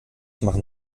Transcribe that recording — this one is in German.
machen